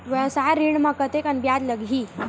व्यवसाय ऋण म कतेकन ब्याज लगही?